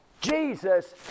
Jesus